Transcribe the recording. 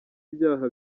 ibyaha